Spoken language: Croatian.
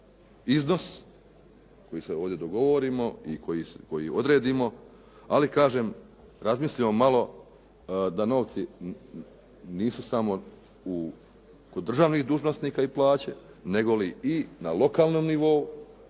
iznos koji se ovdje dogovorimo i koji odredimo. Ali kažem, razmislimo malo da novci nisu samo kod državnih dužnosnika i plaće, negoli i na lokalnom nivou